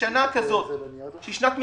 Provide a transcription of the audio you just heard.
שבשנה כזאת, שהיא שנת מלחמה,